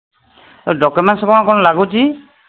document ସବୁ କ'ଣ କ'ଣ ସବୁ ଲାଗୁଛି